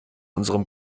unserem